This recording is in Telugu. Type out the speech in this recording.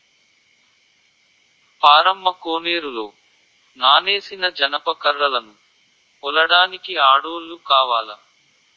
పారమ్మ కోనేరులో నానేసిన జనప కర్రలను ఒలడానికి ఆడోల్లు కావాల